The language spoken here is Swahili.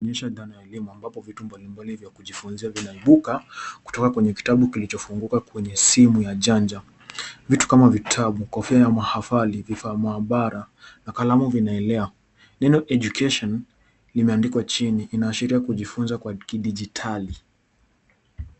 Inaonyesha dhana ya elimu ambapo vitu mbali mbali vya kujifunzia vinaibuka kutoka kwenye kitabu kilichofunguka kwenye simu janja ya vitu kama vitabu kofia ya mahafali vifaa maabara na kalamu vinaelea neno education limeandikwa chini inaashiria kujifunza kwa kidigitali